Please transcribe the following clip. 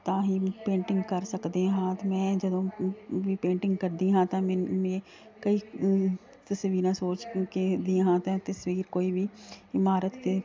ਤਾਂ ਹੀ ਪੇਂਟਿੰਗ ਕਰ ਸਕਦੇ ਹਾਂ ਅਤੇ ਮੈਂ ਜਦੋਂ ਵੀ ਪੇਟਿੰਗ ਕਰਦੀ ਹਾਂ ਤਾਂ ਮੈਂ ਨੇ ਕਈ ਤਸਵੀਰਾਂ ਸੋਚ ਕੇ ਦੀ ਹਾਂ ਅਤੇ ਤਸਵੀਰ ਕੋਈ ਵੀ ਇਮਾਰਤ 'ਤੇ